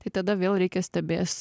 tai tada vėl reikia stebės